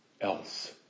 else